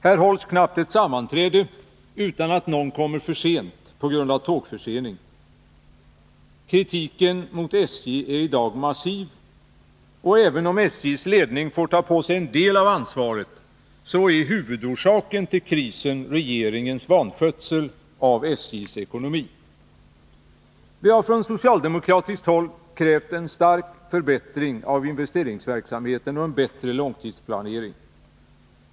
Här hålls knappt ett sammanträde utan att någon kommer för sent på grund av tågförsening. Kritiken mot SJ är i dag massiv, och även om SJ:s ledning får ta på sig en del av ansvaret, så är huvudorsaken till krisen regeringens vanskötsel av SJ:s ekonomi. Vi har från socialdemokratiskt håll länge krävt en stark förbättring av investeringsverksamheten och en bättre långtidsplanering.